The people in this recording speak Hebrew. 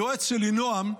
היועץ שלי, נועם,